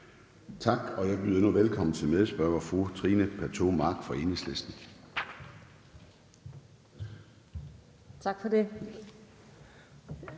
Tak, og jeg byder nu velkommen til medspørgeren, fru Trine Pertou Mach fra Enhedslisten. Kl.